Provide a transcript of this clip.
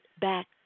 back